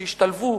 שישתלבו,